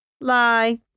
Lie